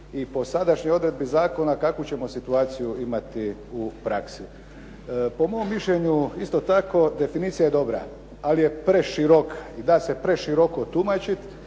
i po sadašnjoj odredbi zakona kakvu ćemo situaciju imati u praksi. Po mom mišljenju isto tako definicija je dobra, ali je preširoka i da se preširoko tumačiti